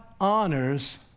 honors